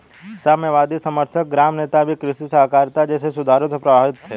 साम्यवादी समर्थक ग्राम नेता भी कृषि सहकारिता जैसे सुधारों से प्रभावित थे